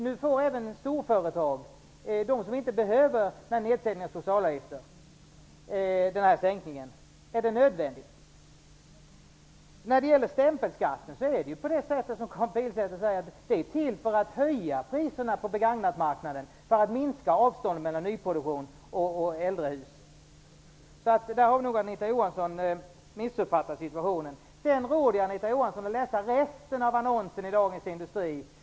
Nu får även storföretag, de som inte behöver det, en nedsättning av socialavgiften. Är det nödvändigt? När det gäller stämpelskatten är det så som Karin Pilsäter säger, att ändringen är till för att höja priserna på begagnatmarknaden, för att minska avståndet mellan nyproduktion och äldre hus. Där har nog Anita Sedan råder jag Anita Johansson att läsa resten av annonsen i Dagens Industri.